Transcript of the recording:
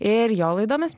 ir jo laidomis